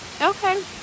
Okay